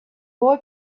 boy